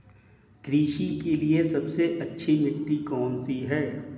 कृषि के लिए सबसे अच्छी मिट्टी कौन सी है?